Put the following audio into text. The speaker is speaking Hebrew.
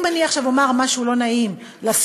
אם אני עכשיו אומר משהו לא נעים לשר,